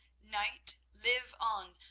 knight, live on,